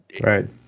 Right